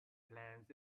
plants